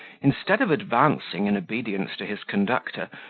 instead of advancing in obedience to his conductor,